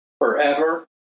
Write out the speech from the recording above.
forever